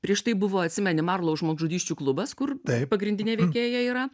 prieš tai buvo atsimeni marlou žmogžudysčių klubas kur pagrindinė veikėja yra